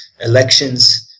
elections